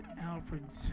Alfred's